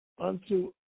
unto